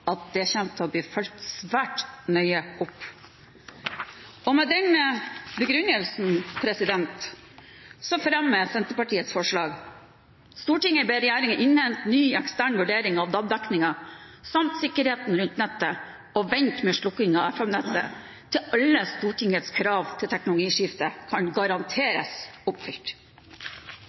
det kommer til å bli fulgt svært nøye opp. Med den begrunnelsen fremmer jeg Senterpartiets forslag: «Stortinget ber regjeringen innhente ny ekstern vurdering av DAB-dekningen, samt sikkerheten rundt nettet og vente med slukkingen av FM-nettet til alle Stortingets krav til teknologiskifte kan garanteres oppfylt.»